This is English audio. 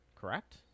correct